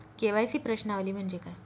KYC प्रश्नावली म्हणजे काय?